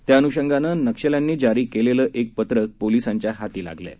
त्याअन्षंगानं नक्षल्यांनी जारी केलेलं एक पत्रक पोलिसांच्या हाती लागलं आहे